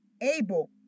able